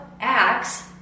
Acts